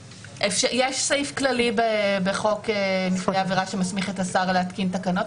יש סעיף כללי בחוק נפגעי עבירה שמסמיך את השר להתקין תקנות.